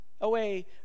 away